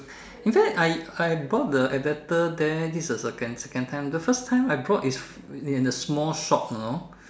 in fact I I bought the adaptor there this is the second second time the first time I bought is in a small shop you know